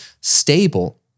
stable